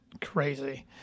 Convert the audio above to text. crazy